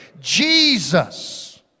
Jesus